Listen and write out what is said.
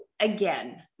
Again